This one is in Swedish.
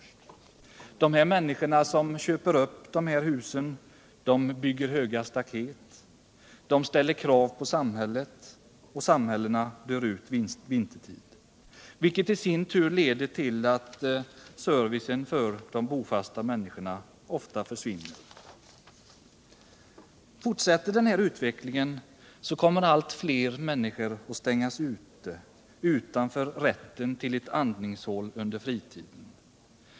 De människor som köper dessa hus bygger höga staket, de ställer krav på samhället och samhällena dör ut vintertid, vilket i sinom tid leder till att servicen för de bofasta människorna ofta försvinner. Fortsätter den här utvecklingen kommer allt fler människor att stängas ute från rätten till ett andningshål under fritiden.